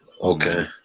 Okay